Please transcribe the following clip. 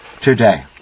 today